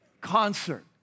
Concert